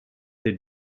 they